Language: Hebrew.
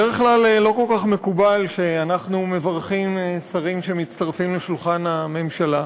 בדרך כלל לא כל כך מקובל שאנחנו מברכים שרים שמצטרפים לשולחן הממשלה,